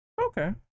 okay